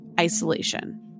isolation